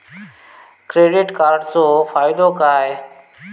Credit कार्डाचो फायदो काय?